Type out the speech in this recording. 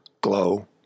glow